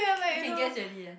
you can guess already eh